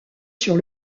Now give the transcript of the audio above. sur